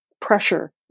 pressure